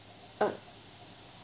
oh